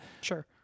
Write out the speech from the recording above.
sure